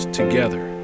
together